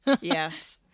yes